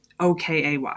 Okay